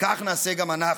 וכך נעשה גם אנחנו.